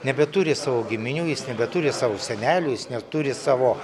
nebeturi savo giminių jis nebeturi savo senelių jis neturi savo